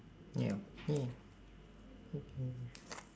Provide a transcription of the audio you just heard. ya !yay! okay